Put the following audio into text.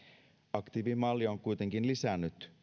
aktiivimalli on kuitenkin lisännyt